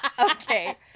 Okay